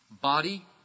body